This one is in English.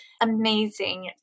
amazing